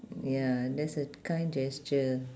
ya that's a kind gesture